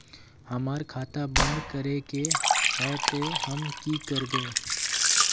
हमर खाता बंद करे के है ते हम की करबे?